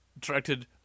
Directed